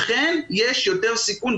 אכן יש יותר סיכון,